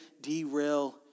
derail